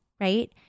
right